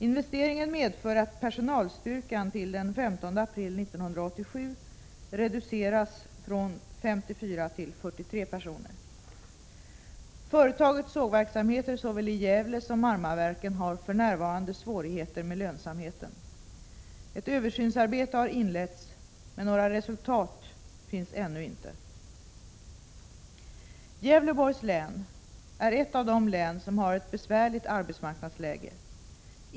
Investeringen medför att personalstyrkan till den 15 april 1987 reduceras från 54 till 43 personer. Företagets sågverksenheter såväl i Gävle som Marmaverken har för närvarande svårigheter med lönsamheten. Ett översynsarbete har inletts men några resultat finns ännu inte. Gävleborgs län är ett av de län som har ett besvärligt arbetsmarknadsläge.